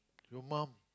your mum